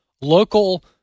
local